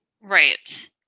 Right